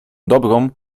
dobrą